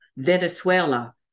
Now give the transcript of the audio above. Venezuela